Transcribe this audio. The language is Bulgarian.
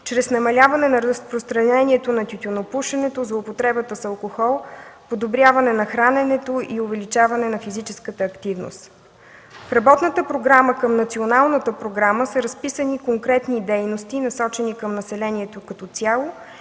чрез намаляване на разпространението на тютюнопушенето, злоупотребата с алкохол, подобряване на храненето и увеличаване на физическата активност. В работната програма към Националната програма са разписани конкретни дейности, насочени към населението като цяло